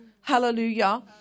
Hallelujah